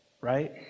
right